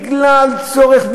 בגלל צורך,